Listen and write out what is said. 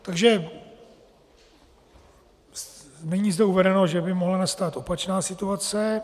Takže není zde uvedeno, že by mohla nastat opačná situace.